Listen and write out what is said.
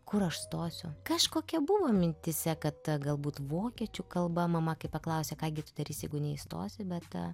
kur aš stosiu kažkokia buvo mintyse kad galbūt vokiečių kalba mama kaip paklausė ką gi tu darysi jeigu neįstosi bet